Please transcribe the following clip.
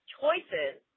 choices